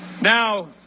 Now